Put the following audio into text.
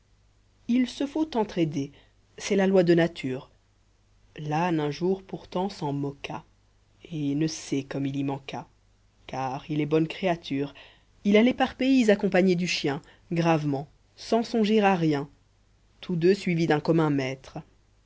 il se faut entr'aider c'est la loi de nature l'âne un jour pourtant s'en moqua et ne sais comme il y manqua car il est bonne créature il allait par pays accompagné du chien gravement sans songer à rien tous deux suivis d'un commun maître